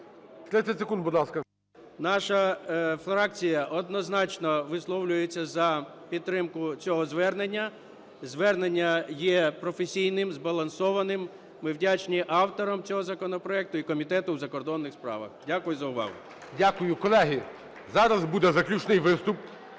Наша фракція однозначно висловлюється за підтримку цього звернення. Звернення є професійним, збалансованим. Ми вдячні авторам цього законопроекту і Комітету у закордонних справах. Дякую за увагу. (Оплески) ГОЛОВУЮЧИЙ. Дякую. Колеги, зараз буде заключний виступ